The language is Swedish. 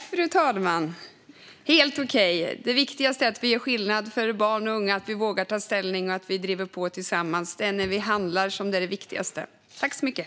Fru talman! Det är helt okej. Det viktigaste är att vi gör skillnad för barn och unga, att vi vågar ta ställning och att vi driver på tillsammans. Det viktigaste är att vi handlar.